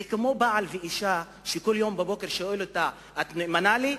זה כמו בעל ואשה שכל יום בבוקר הוא שואל אותה: את נאמנה לי?